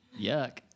Yuck